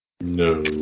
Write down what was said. No